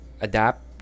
adapt